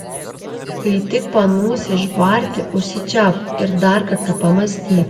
kai tik panūsi išbarti užsičiaupk ir dar kartą pamąstyk